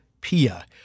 Pia